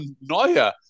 Neuer